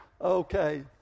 Okay